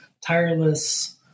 tireless